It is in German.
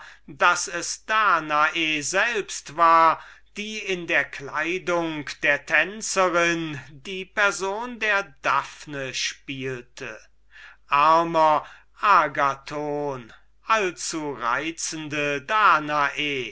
daß es danae selbst war die in der kleidung der tänzerin die person der daphne spielte armer agathon allzureizende danae